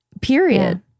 period